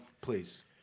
please